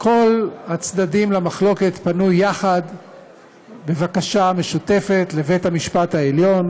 כל הצדדים למחלוקת פנו יחד בבקשה משותפת לבית-המשפט העליון